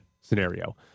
scenario